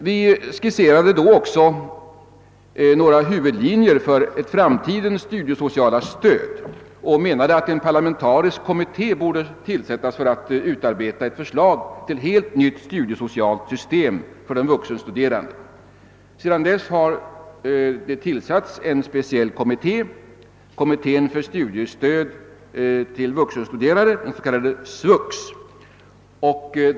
Vi skisserade också några huvudlinjer för framtidens studiesociala stöd och menade att en parlamentarisk kommitté borde tillsättas för att utarbeta ett förslag till ett helt nytt studiesocialt system för vuxenstuderande. Sedan dess har det tillsatts en speciell kommitté, kommittén för studiestöd åt vuxna, den s.k. SVUX.